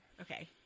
okay